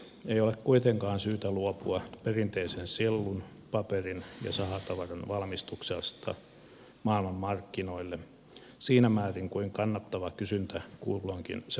ei ole kuitenkaan syytä luopua perinteisen sellun paperin ja sahatavaran valmistuksesta maailmanmarkkinoille siinä määrin kuin kannattava kysyntä kulloinkin sen mahdollistaa